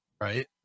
Right